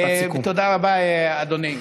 תודה רבה, אדוני.